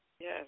Yes